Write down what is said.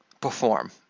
Perform